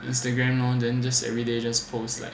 Instagram lor then just everyday just post like